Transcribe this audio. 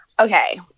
Okay